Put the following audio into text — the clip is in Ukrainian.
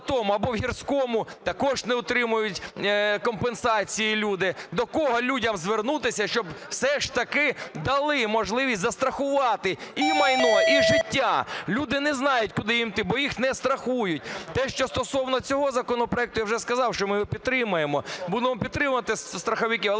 або в Гірському, також не отримують компенсації люди. До кого людям звернутися, щоб все ж таки дали можливість застрахувати і майно, і життя? Люди не знають, куди їм йти, бо їх не страхують. Те, що стосовно цього законопроекту, я вже сказав, що ми його підтримаємо, будемо підтримувати страховиків.